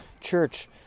church